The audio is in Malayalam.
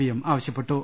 പി യും ആവശ്യപ്പെട്ടു